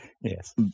Yes